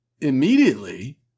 immediately